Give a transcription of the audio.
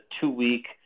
two-week